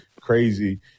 crazy